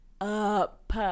Up